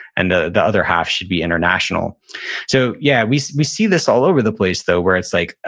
and the the other half should be international so yeah. we we see this all over the place, though, where it's like,